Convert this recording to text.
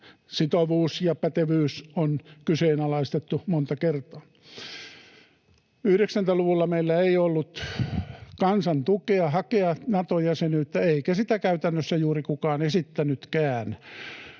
sitovuus ja pätevyys on kyseenalaistettu monta kertaa. 90-luvulla meillä ei ollut kansan tukea hakea Nato-jäsenyyttä, eikä sitä käytännössä juuri kukaan esittänytkään,